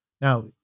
now